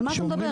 על מה אתה מדבר?